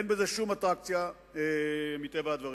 אין בזה שום אטרקציה, מטבע הדברים.